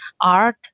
art